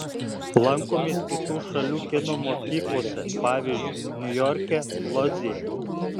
lankomės kitų šalių kino mokyklose pavyzdžiui niujorke lodzėje